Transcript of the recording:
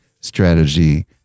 strategy